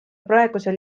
praegusel